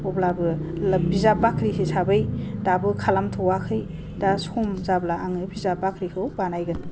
अब्लाबो लो बिजाब बाख्रि हिसाबै दाबो खालामथ'वाखै दा सम जाब्ला आङो बिजाब बाख्रिखौ बानायगोन